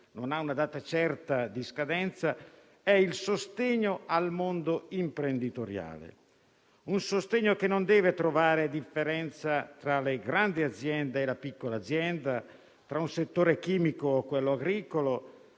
non ha una data certa di scadenza, è il sostegno al mondo imprenditoriale. Un sostegno che non deve trovare differenza tra le grandi aziende e la piccola azienda, tra un settore chimico e un settore agricolo,